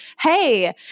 hey